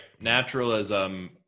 Naturalism